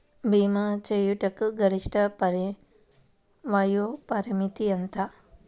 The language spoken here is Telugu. భీమా చేయుటకు గరిష్ట వయోపరిమితి ఎంత?